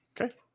okay